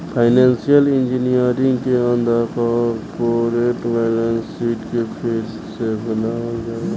financial engineering के अंदर corporate balance sheet के फेर से बनावल जाला